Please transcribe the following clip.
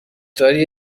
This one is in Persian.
داری